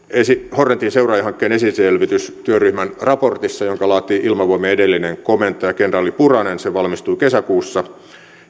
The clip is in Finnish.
hornetin seuraajahankkeen esiselvitystyöryhmän raportissa jonka laati ilmavoimien edellinen komentaja kenraali puranen se valmistui kesäkuussa